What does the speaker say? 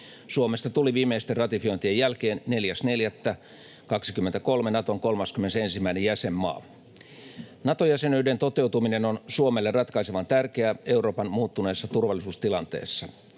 Suomesta tuli viimeisten ratifiointien jälkeen 4.4.2023 Naton 31. jäsenmaa. Nato-jäsenyyden toteutuminen on Suomelle ratkaisevan tärkeää Euroopan muuttuneessa turvallisuustilanteessa.